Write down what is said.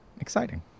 Exciting